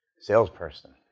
salesperson